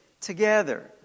together